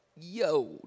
yo